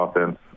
offense